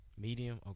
Medium